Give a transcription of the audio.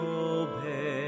obey